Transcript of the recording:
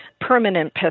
permanent